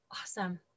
awesome